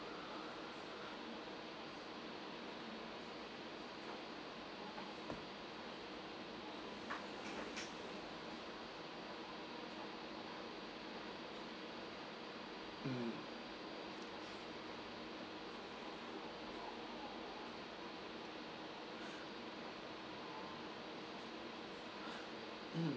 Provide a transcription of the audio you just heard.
mm